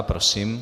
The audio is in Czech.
Prosím.